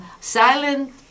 silent